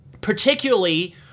particularly